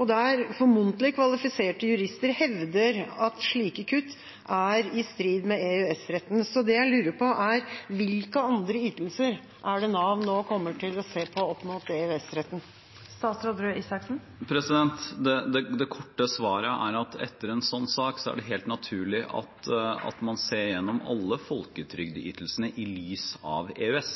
og der formodentlig kvalifiserte jurister hevder at slike kutt er i strid med EØS-retten. Det jeg lurer på, er: Hvilke andre ytelser er det Nav nå kommer til å se på opp mot EØS-retten? Det korte svaret er at etter en slik sak er det helt naturlig at man ser igjennom alle folketrygdytelsene i lys av EØS